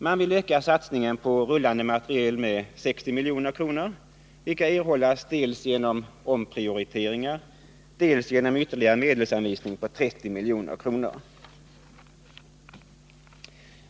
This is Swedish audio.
Man vill öka satsningen på rullande materiel med 60 milj.kr., vilka medel skulle erhållas dels genom omprioriteringar, dels genom ytterligare medelsanvisning på 30 milj.kr.